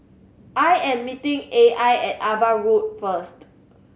I am meeting A I at Ava Road first